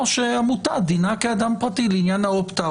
שעמותה דינה כאדם פרטי לעניין opt out.